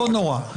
לא נורא.